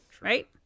right